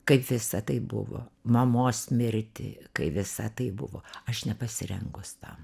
kaip visa tai buvo mamos mirtį kai visa tai buvo aš nepasirengus tam